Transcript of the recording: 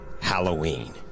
Halloween